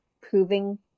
proving